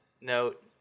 note